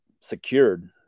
secured